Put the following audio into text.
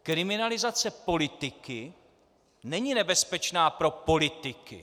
Kriminalizace politiky není nebezpečná pro politiky.